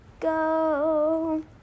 go